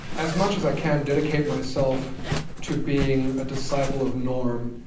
as much as i can, dedicate myself to being a disciple of norm,